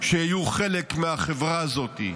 שהיו חלק מהחברה הזאת.